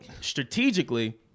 strategically